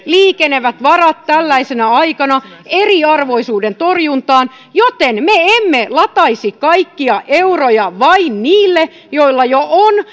liikenevät varat tällaisena aikana eriarvoisuuden torjuntaan joten me emme lataisi kaikkia euroja vain niille joilla jo on